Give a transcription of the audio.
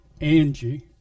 Angie